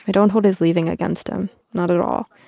ah don't hold his leaving against him not at all.